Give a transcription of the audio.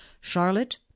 Charlotte